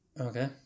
Okay